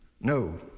No